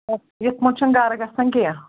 یَتھ منٛز چھُنہٕ گرٕ گژھَان کیٚنٛہہ